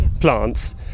plants